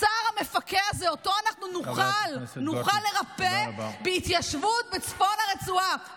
המפכה הזה נוכל לרפא בהתיישבות בצפון הרצועה.